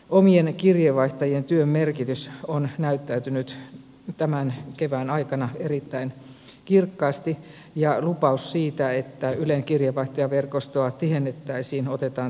omien kirjeenvaihtajien työn merkitys on näyttäytynyt tämän kevään aikana erittäin kirkkaasti ja lupaus siitä että ylen kirjeenvaihtajaverkostoa tihennettäisiin otetaan tyytyväisyydellä vastaan